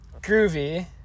Groovy